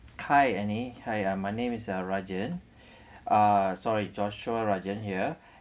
hi annie hi ah my name is ah rajan ah sorry joshua rajan here